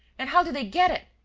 and how did they get it?